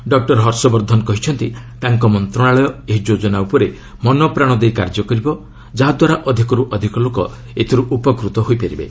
doctor Harshvardhan କହିଛନ୍ତି ତାଙ୍କ ମନ୍ତ୍ରଣାଳୟ ଏହି ଯୋଜନା ଉପରେ ମନପ୍ରାଣ ଦେଇ କାର୍ଯ୍ୟ କରିବ ଯାହାଦ୍ୱାରା ଅଧିକରୁ ଅଧିକ ଲୋକ ଏଥିରୁ ଉପକୃତ ହୋଇପାରିବେ